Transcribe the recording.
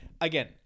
Again